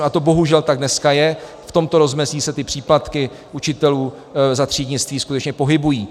A to bohužel tak dneska je, v tomto rozmezí se ty příplatky učitelů za třídnictví skutečně pohybují.